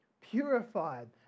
purified